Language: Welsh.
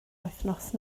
wythnos